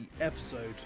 episode